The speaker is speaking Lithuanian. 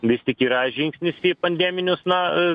vis tik yra žingsnis į pandeminius na